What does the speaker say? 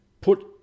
put